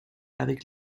avec